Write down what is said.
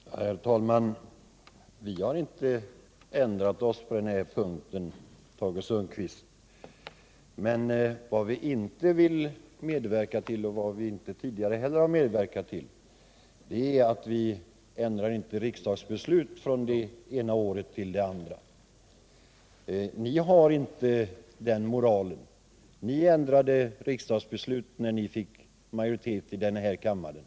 Herr talman! Vi har inte ändrat oss på denna punkt, Tage Sundkvist! Vad vi inte vill medverka till, och vad vi inte heller tidigare har medverkat till, är en ändring av riksdagsbeslut från det ena året till det andra. Ni har inte den moralen, utan ni ändrade riksdagsbeslut när ni fick majoritet i den här kammaren.